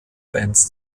bands